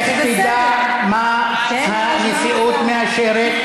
איך תדע מה הנשיאות מאשרת?